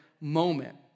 moment